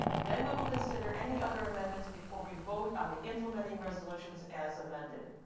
then we will consider any other amendments before we vote on the implementing resolutions as amended.